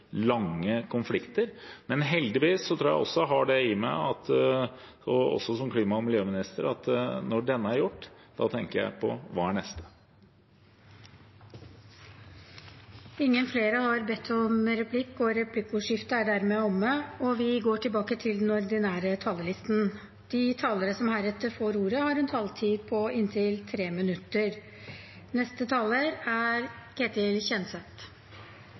lange konflikter. Men heldigvis tror jeg også jeg har det i meg – også som klima- og miljøminister – at når denne er gjort, da tenker jeg på: Hva er neste? Replikkordskiftet er dermed omme. De talere som heretter får ordet, har også en taletid på 3 minutter.